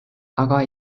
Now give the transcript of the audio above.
aga